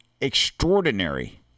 extraordinary